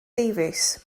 davies